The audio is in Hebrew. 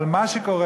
אבל מה שקורה,